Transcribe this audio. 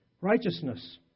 righteousness